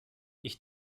ich